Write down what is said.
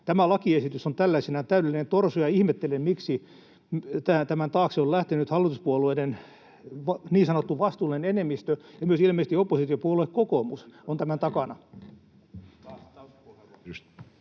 Tämä lakiesitys on tällaisenaan täydellinen torso, ja ihmettelen, miksi tämän taakse on lähtenyt hallituspuolueiden niin sanottu vastuullinen enemmistö, ja ilmeisesti myös oppositiopuolue kokoomus on tämän takana.